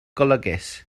golygus